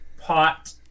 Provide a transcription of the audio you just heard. pot